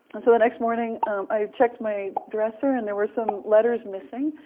and so the next morning i checked my drawer, so and there were some letters missing,